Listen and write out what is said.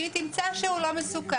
היא תמצא שהוא לא מסוכן,